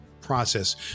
process